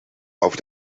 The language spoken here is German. auf